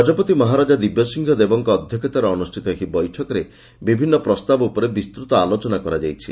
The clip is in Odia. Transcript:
ଗଜପତି ମହାରାଜା ଦିବ୍ୟବସିଂହ ଦେବଙ୍କ ଅଧ୍ଧକ୍ଷତାରେ ଅନୁଷିତ ଏହି ବୈଠକରେ ବିଭିନ୍ନ ପ୍ରସ୍ତାବ ଉପରେ ବିସ୍ତୂତ ଆଲୋଚନା କରାଯାଇଛି